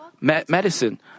medicine